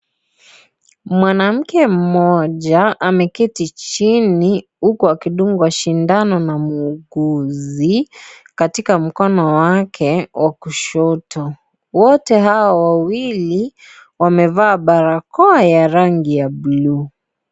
Mwanamke mmoja, ameketi chini huku akidungwa sindano na muuguzi katika mkono wake wa kushoto. Wote hao wawili, wamevaa barakoa ya rangi ya buluu.